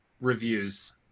Reviews